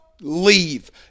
leave